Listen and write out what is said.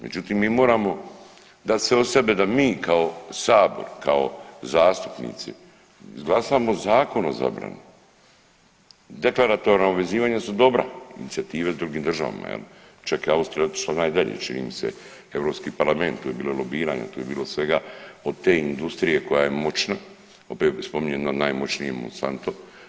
Međutim, mi moramo dat sve od sebe da mi kao sabor, kao zastupnici izglasamo zakon o zabrani, deklaratorna uvezivanja su dobra, inicijative u drugim državama je li, čak je i Austrija otišla najdalje čini mi se, Europski parlament, tu je bilo lobiranje, tu je bilo svega od te industrije koja je moćna, opet spominjem jednu od najmoćnijih Monsanto.